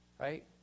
right